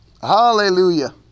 Hallelujah